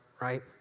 right